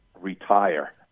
retire